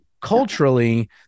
culturally